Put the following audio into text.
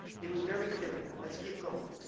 he was very clear in that. let's keep going.